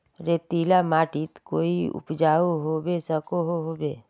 रेतीला माटित कोई उपजाऊ होबे सकोहो होबे?